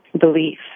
belief